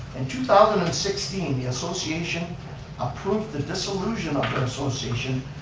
in two thousand and sixteen, the association approved the dissolution of the association,